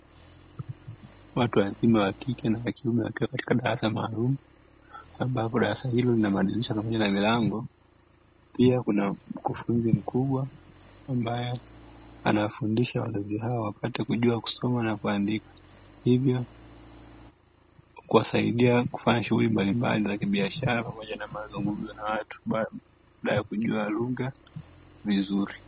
Watu wazima wa kike na wa kiume wakiwa katika darasa maalumu, ambapo darasa hilo lina madirisha pamoja na milango, pia kuna mkufunzi mkubwa ambaye anawafundisha wazazi hawa wapate kujua kusoma na kuandika. Hivyo kuwasaidia kufanya shughuli mbalimbali za kibiashara pamoja na mazungumzo na watu baada ya kujua lugha vizuri.